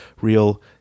real